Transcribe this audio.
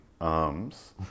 arms